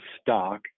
stock